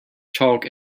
chalk